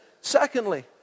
Secondly